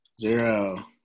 Zero